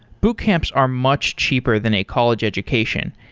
boot camps are much cheaper than a college education.